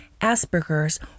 Asperger's